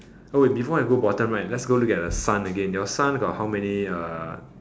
oh wait before I go bottom right let's go look at the sun again your sun got how many uh